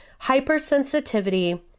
hypersensitivity